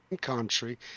country